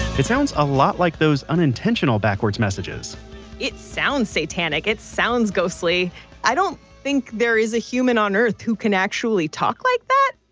it sounds a lot like all those unintentional backwards messages it sounds satanic. its sounds ghostly i don't think there is a human on earth who can actually talk like that.